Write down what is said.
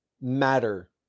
matter